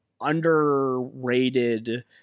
underrated